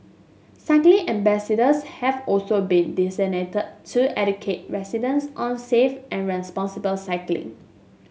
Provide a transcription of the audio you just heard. cycling ambassadors have also been designated to educate residents on safe and responsible cycling